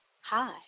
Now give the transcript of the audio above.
hi